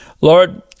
Lord